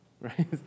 right